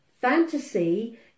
fantasy